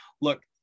Look